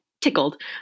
tickled